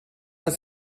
als